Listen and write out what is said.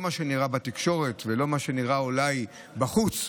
לא כמו שנראה בתקשורת ומה שנראה אולי בחוץ,